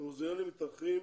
במוזיאונים מתארחים